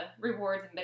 rewards